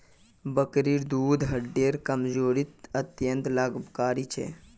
बकरीर दूध हड्डिर कमजोरीत अत्यंत लाभकारी छेक